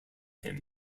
him